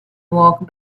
walked